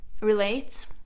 relate